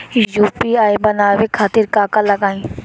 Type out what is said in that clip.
UPI बनावे खातिर का का लगाई?